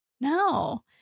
No